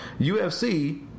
UFC